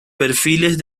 perfiles